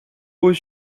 aux